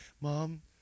Mom